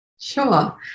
Sure